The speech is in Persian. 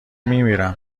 میمیرم